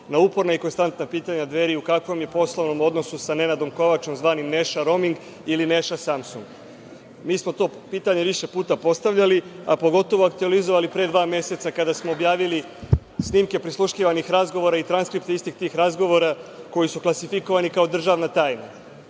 na uporna i konstantna pitanja Dveri – u kakvom je poslovnom odnosu sa Nenadom Kovačom, zvanim Neša roming ili Neša samsung? Mi smo to pitanje više puta postavljali, a pogotovo aktuelizovali pre dva meseca, kada smo objavili snimke prisluškivanih razgovora i transkripte istih tih razgovora, koji su klasifikovani kao državna tajna,